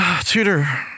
tutor